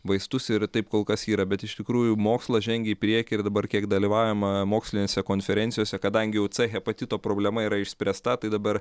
vaistus ir taip kol kas yra bet iš tikrųjų mokslas žengia į priekį ir dabar kiek dalyvaujama mokslinėse konferencijose kadangi jau c hepatito problema yra išspręsta tai dabar